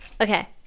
Okay